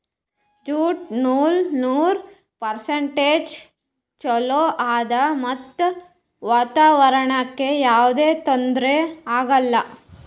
jute ನೂಲ್ ನೂರ್ percent ಚೊಲೋ ಆದ್ ಮತ್ತ್ ವಾತಾವರಣ್ಕ್ ಯಾವದೇ ತೊಂದ್ರಿ ಆಗಲ್ಲ